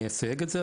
אני אסייג את זה,